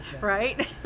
right